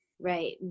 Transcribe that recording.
right